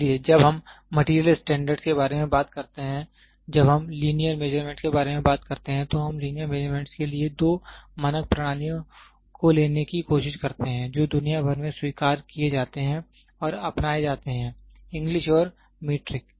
इसलिए जब हम मैटेरियल स्टैंडर्ड के बारे में बात करते हैं और जब हम लीनियर मेजरमेंट के बारे में बात करते हैं तो हम लीनियर मेजरमेंट के लिए दो मानक प्रणालियां लेने की कोशिश करते हैं जो दुनिया भर में स्वीकार किए जाते हैं और अपनाए जाते हैं इंग्लिश और मीट्रिक